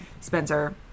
Spencer